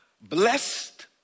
blessed